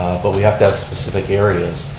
but we have to have specific areas,